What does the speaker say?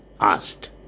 asked